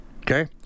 Okay